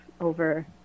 over